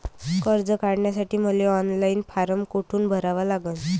कर्ज काढासाठी मले ऑनलाईन फारम कोठून भरावा लागन?